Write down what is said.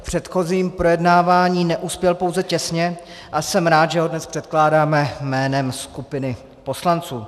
V předchozím projednávání neuspěl pouze těsně a jsem rád, že ho dnes předkládáme jménem skupiny poslanců.